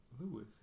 Lewis